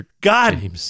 God